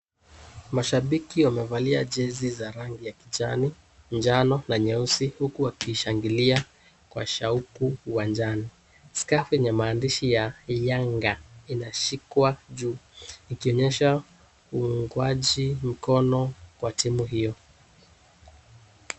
Mashabiki wamevalia jezi za rangi ya kijani, njano na nyeusi huku wakishangilia kwa shauku uwanjani. scarf yenye ya maandishi ya 'Yanga' inashikwa juu ikionyesha uungwaji mkono wa timu hio.